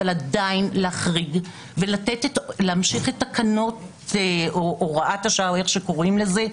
אבל עדיין להחריג ולהמשיך את התקנות או הוראת השעה או איך שקוראים לזה,